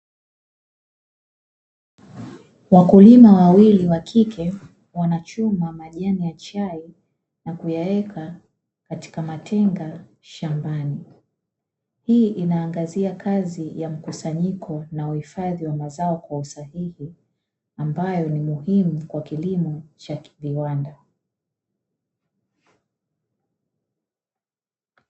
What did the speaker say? Wakulima wawili wa kike wanachuma majani ya chai na kuyaweka katika matenga shambani. Hii inaangazia kazi ya mkusanyiko na uhifadhi wa mazao kwa usahihi, ambayo ni muhimu kwa kilimo cha viwanda.